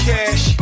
Cash